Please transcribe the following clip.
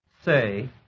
say